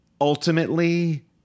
ultimately